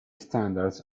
standards